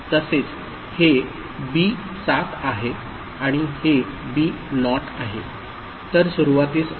तसेच हे बी 7 आहे आणि हे बी नॉट आहे तर सुरूवातीस असे आहे